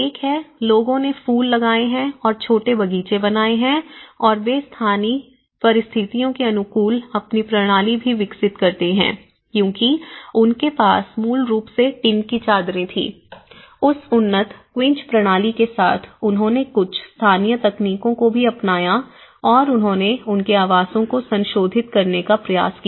एक है लोगों ने फूल लगाए हैं और छोटे बगीचे बनाए हैं और वे स्थानीय परिस्थितियों के अनुकूल अपनी प्रणाली भी विकसित करते हैं क्योंकि उनके पास मूल रूप से टिन की चादरें थीं इस उन्नत क्विंच प्रणाली के साथ उन्होंने कुछ स्थानीय तकनीकों को भी अपनाया और उन्होंने उनके आवासों को संशोधित करने का प्रयास किया